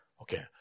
Okay